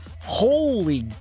Holy